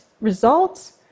results